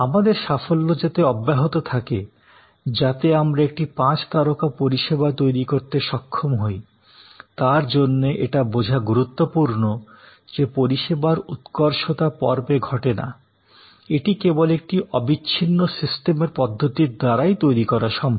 আমাদের সাফল্য যাতে অব্যাহত থাকে যাতে আমরা একটি পাঁচ তারকা পরিষেবা তৈরি করতে সক্ষম হই তার জন্য এটা বোঝা গুরুত্বপূর্ণ যে পরিষেবার উৎকর্ষতা পর্বে পর্বে ঘটে না এটি কেবল একটি অবিচ্ছিন্ন সিস্টেমের পদ্ধতির দ্বারাই তৈরি করা সম্ভব